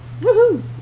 Woohoo